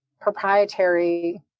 proprietary